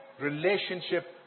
relationship